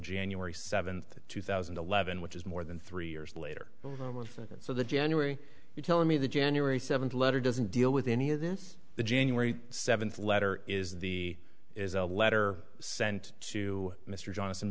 january seventh two thousand and eleven which is more than three years later so the january you tell me the january seventh letter doesn't deal with any of this the january seventh letter is the is a letter sent to mr johnson